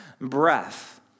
breath